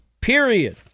period